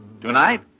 Tonight